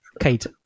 kate